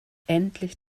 endlich